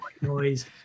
noise